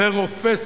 ורופסת.